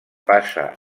passa